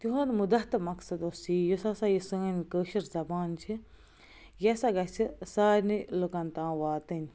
تِہُنٛد مُدعا تہٕ مقصد اوس یی یُس ہَسا یہِ سٲنۍ کٲشِر زبان چھِ یہِ ہَسا گَژھِ سارںٕے لُکن تام واتٕنۍ